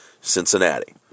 Cincinnati